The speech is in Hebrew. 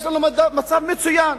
יש לנו מצב מצוין.